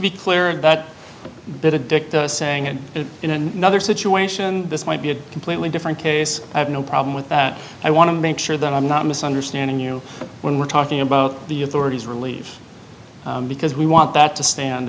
and that that addict saying it in another situation this might be a completely different case i have no problem with that i want to make sure that i'm not misunderstanding you when we're talking about the authorities really because we want that to stand